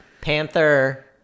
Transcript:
Panther